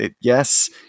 Yes